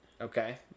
Okay